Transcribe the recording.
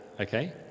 Okay